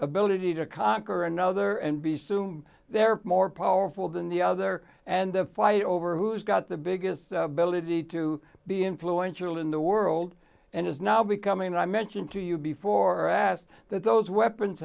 ability to conquer another and be sume they're more powerful than the other and the fight over who's got the biggest military to be influential in the world and is now becoming i mentioned to you before asked that those weapons